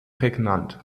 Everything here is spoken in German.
prägnant